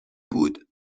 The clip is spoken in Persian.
بود